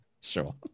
Sure